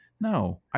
No